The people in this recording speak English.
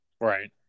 right